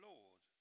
Lord